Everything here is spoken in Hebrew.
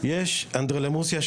יש אנדרלמוסיה שלמה.